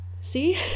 See